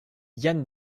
jan